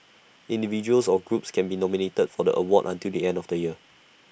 individuals or groups can be nominated for the award until the end of the year